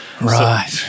Right